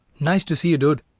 nice to see you, dude.